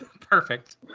Perfect